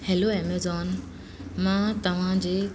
hello Amazon मां तव्हां जे